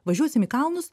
važiuosim į kalnus